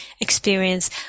experience